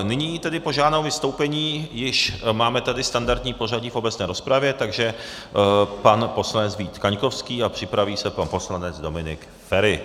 Nyní tedy požádám o vystoupení již máme tady standardní pořadí v obecné rozpravě, takže pan poslanec Vít Kaňkovský a připraví se pan poslanec Dominik Feri.